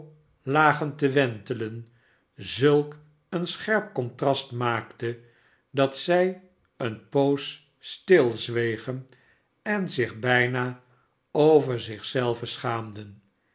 lagen te wentelen zulk een scherp contrast maakte dat zij eene poos stilzwegen en zich bijna over zich zelven schaamden